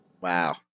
Wow